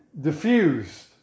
diffused